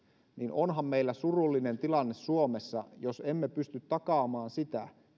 onhan meillä surullinen tilanne suomessa jos emme pysty takaamaan sitä